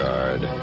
Guard